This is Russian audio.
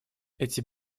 эти